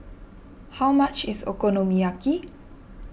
how much is Okonomiyaki